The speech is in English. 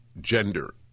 gender